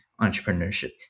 entrepreneurship